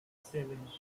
seven